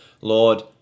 Lord